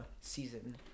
season